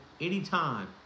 anytime